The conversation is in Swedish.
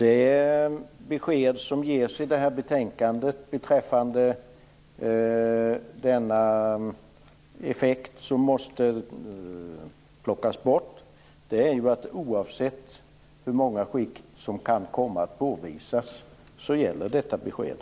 Det besked som ges i betänkandet beträffande denna effekt som måste plockas bort är att oavsett hur många inkomstskikt som kan komma att påvisas så gäller detta besked.